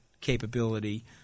capability